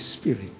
Spirit